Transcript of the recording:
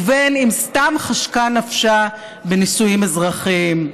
ובין שסתם חשקה נפשם בנישואים אזרחיים.